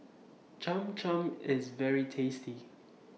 Cham Cham IS very tasty